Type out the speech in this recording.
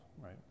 right